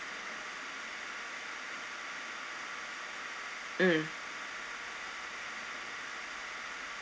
mm